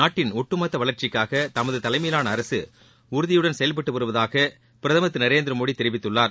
நாட்டின் ஒட்டுமொத்த வளர்ச்சிக்காக தமது தலைமையிலான அரசு உறுதியுடன் செயல்பட்டு வருவதாக பிரதமர் திரு நரேந்திர மோடி தெரிவித்துள்ளார்